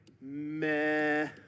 Meh